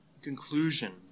Conclusion